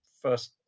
first